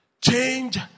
Change